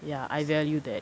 ya I value that